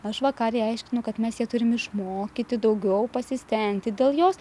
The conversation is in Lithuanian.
aš vakarei aiškinu kad mes ją turim išmokyti daugiau pasistengti dėl jos